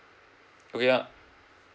ya